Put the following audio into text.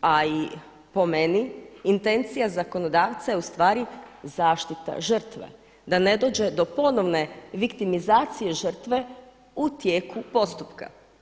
a i po meni intencija zakonodavca je ustvari zaštita žrtve, da ne dođe do ponovne viktimizacije žrtve u tijeku postupka.